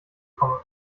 komme